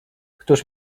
któż